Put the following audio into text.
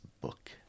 book